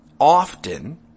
often